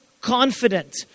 confident